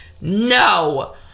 No